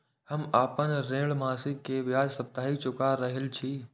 हम आपन ऋण मासिक के ब्याज साप्ताहिक चुका रहल छी